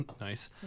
Nice